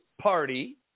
Party